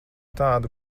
tādu